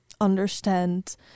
understand